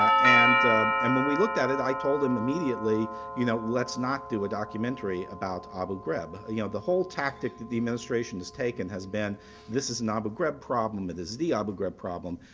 ah and and when we looked at it, i told him immediately you know let's not do a documentary about abu ghraib. you know the whole tactic that the administration has taken has been this is an abu ghraib problem. it is the abu ghraib problem.